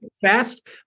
fast